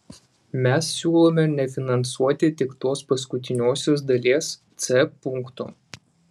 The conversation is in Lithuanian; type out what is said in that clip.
mes siūlome nefinansuoti tik tos paskutiniosios dalies c punkto